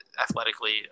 athletically –